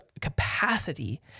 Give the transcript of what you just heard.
capacity